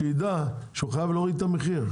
שיידע שהוא חייב להוריד את המחיר.